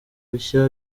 bishya